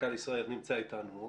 מנכ"ל ישראייר, נמצא איתנו.